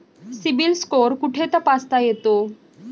CIBIL score कुठे तपासता येतो?